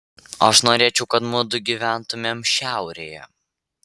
aš norėčiau kad mudu gyventumėm šiaurėje